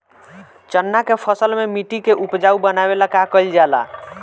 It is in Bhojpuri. चन्ना के फसल में मिट्टी के उपजाऊ बनावे ला का कइल जाला?